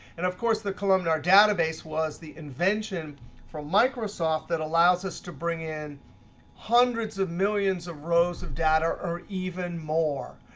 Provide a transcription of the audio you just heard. and of course, the columnar database was the invention from microsoft that allows us to bring in hundreds of millions of rows of data, or even more.